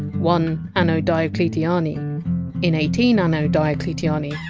one anno diocletiani in eighteen anno diocletiani,